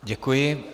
Děkuji.